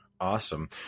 Awesome